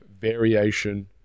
variation